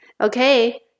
Okay